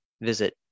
visit